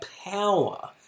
power